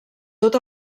tot